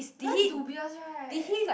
very dubious right